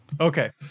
Okay